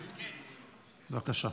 בבקשה.